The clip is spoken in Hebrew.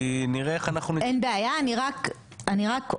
אין בעיה, אני רק אומרת,